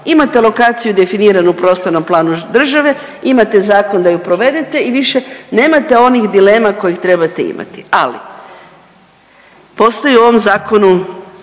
imate lokaciju definiranu u prostornom planu države, imate zakon da ju provedete i više nemate onih dilema kojih trebate imati. Ali postoji u ovom zakonu,